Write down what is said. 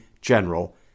General